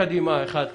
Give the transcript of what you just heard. תיקון) (תיקון מס' 2) (הוראת שעה,